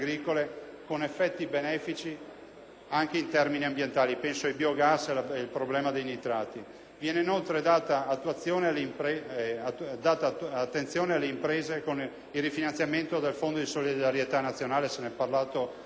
anche in termini ambientali (penso ai biogas e al problema dei nitrati). Viene inoltre data attenzione alle imprese con il rifinanziamento del Fondo di solidarietà nazionale (se ne parlato in più occasioni oggi).